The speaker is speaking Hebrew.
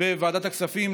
בוועדת הכספים,